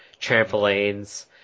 trampolines